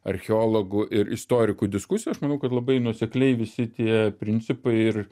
archeologų ir istorikų diskusija aš manau kad labai nuosekliai visi tie principai ir